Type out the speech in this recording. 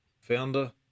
founder